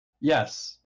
yes